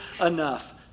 enough